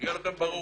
שיהיה לכם ברור.